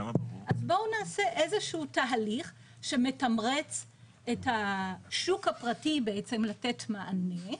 אז בואו נעשה איזה שהוא תהליך שמתמרץ את השוק הפרטי בעצם לתת מענה.